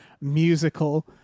musical